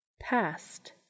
past